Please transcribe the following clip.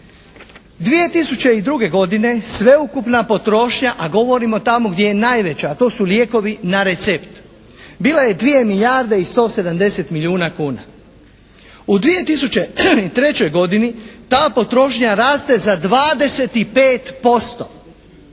2002. godine sveukupna potrošnja, a govorimo tamo gdje je najveća, a to su lijekovi na recept. Bila je 2 milijarde i 170 milijuna kuna. U 2003. godini ta potrošnja raste za 25%,